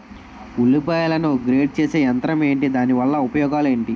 ఉల్లిపాయలను గ్రేడ్ చేసే యంత్రం ఏంటి? దాని ఉపయోగాలు ఏంటి?